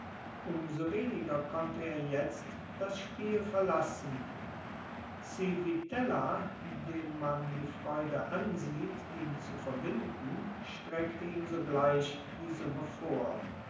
so weniger konnte er jetzt das spiel verlassen civitella dem man die freude ansieht ihn zu verbinden streckte ihm sogleich die summe vor